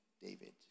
David